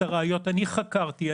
את הראיות אני חקרתי,